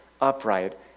upright